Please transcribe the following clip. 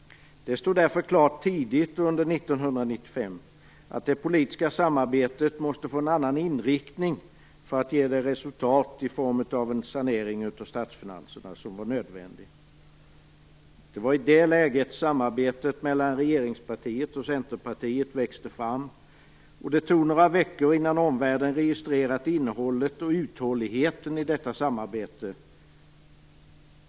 Det stod därför klart tidigt under 1995 att det politiska samarbetet måste få en annan inriktning för att ge det resultat i form av en sanering av statsfinanserna som var nödvändig. Det var i det läget som samarbetet mellan regeringspartiet och Centerpartiet växte fram. Det tog några veckor innan omvärlden registrerat innehållet och uthålligheten i detta samarbete.